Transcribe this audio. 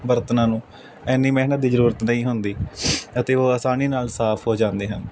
ਬਰਤਨਾਂ ਨੂੰ ਇੰਨੀ ਮਿਹਨਤ ਦੀ ਜ਼ਰੂਰਤ ਨਹੀਂ ਹੁੰਦੀ ਅਤੇ ਉਹ ਆਸਾਨੀ ਨਾਲ ਸਾਫ਼ ਹੋ ਜਾਂਦੇ ਹਨ